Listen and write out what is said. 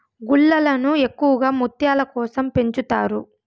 గుల్లలను ఎక్కువగా ముత్యాల కోసం పెంచుతారు